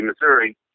Missouri